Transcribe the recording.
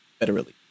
federally